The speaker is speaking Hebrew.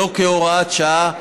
לא כהוראת שעה,